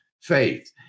faith